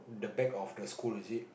the back of the school is it